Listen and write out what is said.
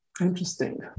Interesting